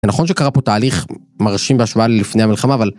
נכון שקרה פה תהליך מרשים בהשוואה ללפני המלחמה אבל.